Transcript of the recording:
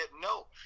no